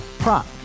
Prop